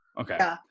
Okay